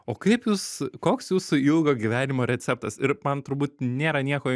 o kaip jūs koks jūsų ilgo gyvenimo receptas ir man turbūt nėra nieko